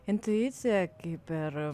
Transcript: intuicija kaip ir